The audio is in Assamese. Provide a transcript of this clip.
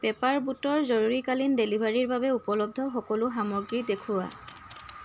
পেপাৰ বোটৰ জৰুৰীকালীন ডেলিভাৰীৰ বাবে উপলব্ধ সকলো সামগ্ৰী দেখুওৱা